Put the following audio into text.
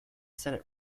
senate